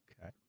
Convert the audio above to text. okay